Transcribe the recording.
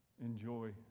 enjoy